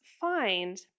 find